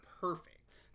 perfect